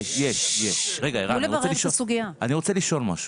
אני רוצה לשאול משהו.